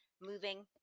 moving